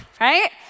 right